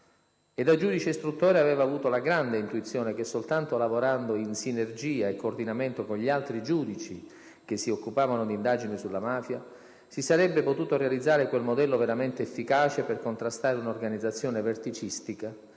E da giudice istruttore aveva avuto la grande intuizione che soltanto lavorando in sinergia e coordinamento con gli altri giudici che si occupavano di indagini sulla mafia si sarebbe potuto realizzare quel modello veramente efficace per contrastare un'organizzazione verticistica,